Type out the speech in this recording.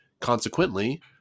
Consequently